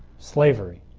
slavery,